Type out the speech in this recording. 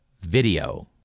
video